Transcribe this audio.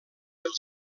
del